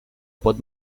pot